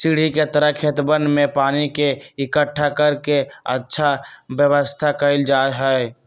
सीढ़ी के तरह खेतवन में पानी के इकट्ठा कर के अच्छा व्यवस्था कइल जाहई